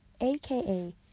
AKA